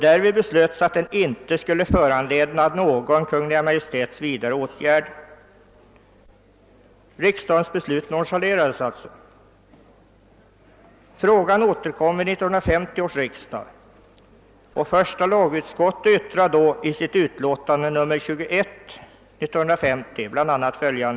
Därvid beslöts att skrivelsen icke skulle föranleda någon Kungl. Maj:ts vidare åtgärd. Riksdagens beslut nonchalerades sålunda.